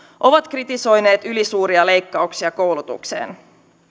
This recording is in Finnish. ovat kritisoineet ylisuuria leikkauksia koulutukseen